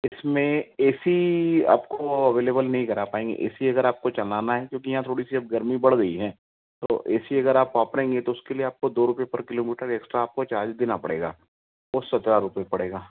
इसमें A C आपको available नहीं करा पाएँगे ए सी अगर आपको चलाना है क्योंकि यहाँ थोड़ी सी अब गर्मी बढ़ गई है तो ए सी अगर आप तो उसके लिए आपको दो रुपए पर किलोमीटर एक्स्ट्रा आपको चार्ज देना पड़ेगा वो सत्रह रुपए पड़ेगा